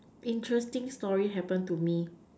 interesting story happen to me